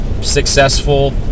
successful